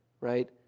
right